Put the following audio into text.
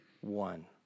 one